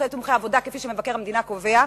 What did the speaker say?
תומכי עבודה כפי שמבקר המדינה קובע,